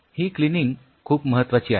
ही cleaning खूप महत्वाची आहे